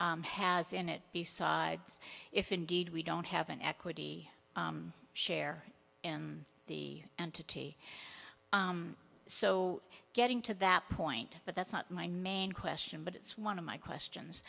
has in it besides if indeed we don't have an equity share in the entity so getting to that point but that's not my main question but it's one of my questions